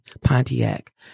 Pontiac